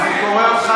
עמד על הדוכן,